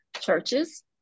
churches